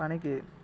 ପାଣିକି